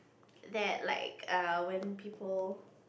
that like err when people